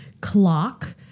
clock